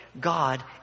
God